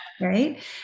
right